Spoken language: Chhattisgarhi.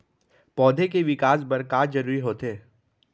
पौधे के विकास बर का का जरूरी होथे?